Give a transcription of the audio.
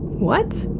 what?